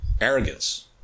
arrogance